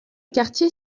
quartier